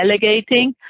delegating